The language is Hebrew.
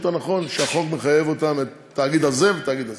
הנכון שהחוק מחייב את התאגיד הזה והתאגיד הזה.